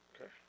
Okay